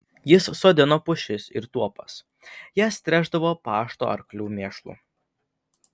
jis sodino pušis ir tuopas jas tręšdavo pašto arklių mėšlu